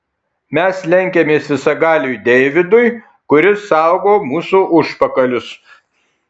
mes lenkiamės visagaliui deividui kuris saugo mūsų užpakalius